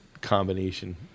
combination